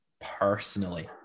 personally